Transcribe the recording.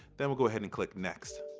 then we'll go ahead and click next.